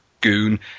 goon